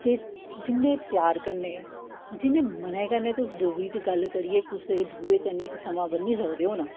ते जिन्ने प्यार कन्नै जिन्ने मनै कन्नै तुस डोगरी च गल्ल करियै कुसै दूए कन्नै इक समां बन्नी सकदे ओ ना